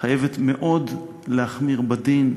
חייבת להחמיר מאוד בדין.